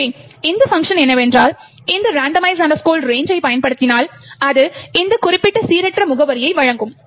எனவே இந்த பங்க்ஷன் என்னவென்றால் இந்த randomize range ஐ செயல்படுத்தினால் அது இந்த குறிப்பிட்ட சீரற்ற முகவரியை வழங்கும்